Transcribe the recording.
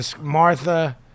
Martha